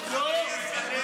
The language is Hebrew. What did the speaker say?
--- תבעו אותך, תבעו אותך בכסף.